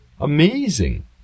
Amazing